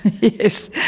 Yes